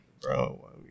bro